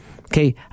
Okay